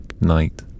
night